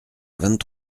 vingt